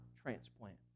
transplant